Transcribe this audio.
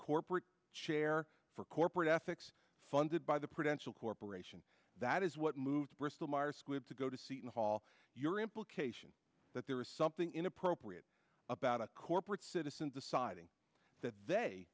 corporate chair for corporate ethics funded by the prudential corporation that is what moved bristol myers squibb to go to seton hall your implication that there was something inappropriate about a corporate citizen deciding that they